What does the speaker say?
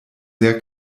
sehr